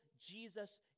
Jesus